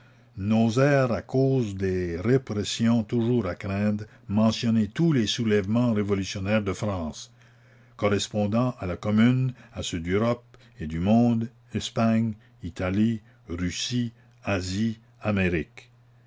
n'osèrent à cause des répressions toujours à craindre mentionner tous les la commune soulèvements révolutionnaires de france correspondants à la commune à ceux d'europe et du monde espagne italie russie asie amérique